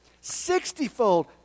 sixtyfold